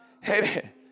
Hey